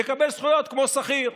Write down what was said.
יקבל זכויות כמו שכיר.